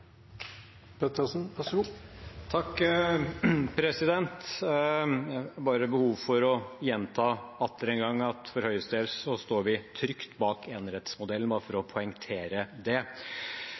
å gjenta atter en gang at for Høyres del står vi trygt bak enerettsmodellen, bare for å poengtere det.